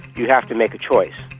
you have to make a choice.